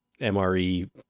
MRE